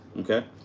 Okay